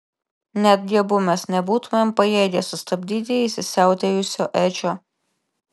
netgi abu mes nebūtumėm pajėgę sustabdyti įsisiautėjusio edžio